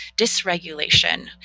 dysregulation